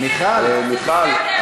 מיכל,